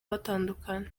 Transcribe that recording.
batandukana